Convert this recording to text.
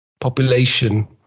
population